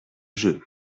jeu